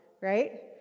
right